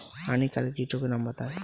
हानिकारक कीटों के नाम बताएँ?